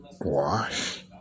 wash